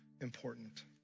important